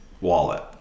wallet